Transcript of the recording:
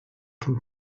can